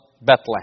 Bethlehem